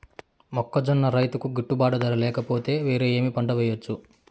మొక్కజొన్న రైతుకు గిట్టుబాటు ధర లేక పోతే, వేరే ఏమి పంట వెయ్యొచ్చు?